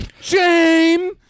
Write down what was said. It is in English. Shame